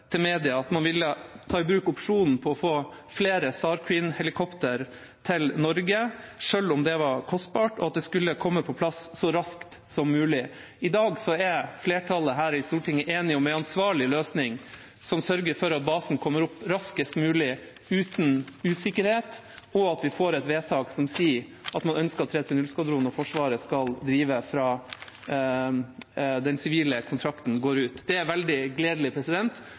at man ville ta i bruk opsjonen på å få flere SAR Queen-helikopter til Norge, selv om det var kostbart, og at det skulle komme på plass så raskt som mulig. I dag er flertallet her i Stortinget enige om en ansvarlig løsning, som sørger for at basen kommer opp raskest mulig, uten usikkerhet, og at vi får et vedtak som sier at man ønsker at 330-skvadronen og Forsvaret skal drive fra den sivile kontrakten går ut. Det er veldig gledelig.